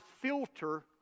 filter